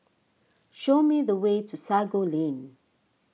show me the way to Sago Lane